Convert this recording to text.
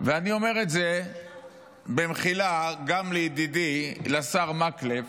ואני אומר, במחילה, גם לידידי, לשר מקלב